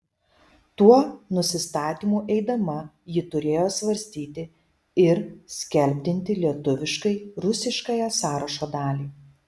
tuo nusistatymu eidama ji turėjo svarstyti ir skelbdinti lietuviškai rusiškąją sąrašo dalį